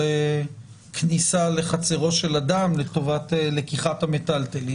כניסה לחצרו של אדם לטובת לקיחת המיטלטלין.